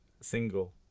single